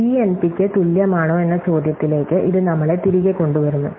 P എൻപിയ്ക്ക് തുല്യമാണോ എന്ന ചോദ്യത്തിലേക്ക് ഇത് നമ്മളെ തിരികെ കൊണ്ടുവരുന്നു